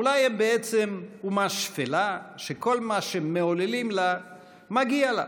אולי הם בעצם אומה שפלה שכל מה שמעוללים לה מגיע לה.